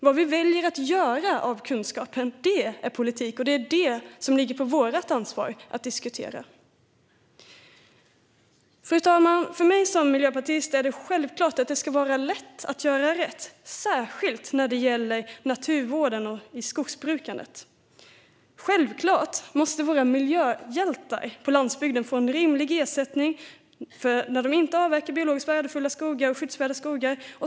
Vad vi väljer att göra av kunskapen är däremot politik. Det ligger på vårt ansvar att diskutera detta. Fru talman! För mig som miljöpartist är det självklart att det ska vara lätt att göra rätt, särskilt när det gäller naturvården och skogsbrukandet. Självklart måste våra miljöhjältar på landsbygden få en rimlig ersättning för att de inte avverkar biologisk värdefulla och skyddsvärda skogar.